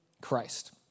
Christ